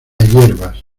hierbas